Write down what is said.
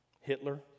Hitler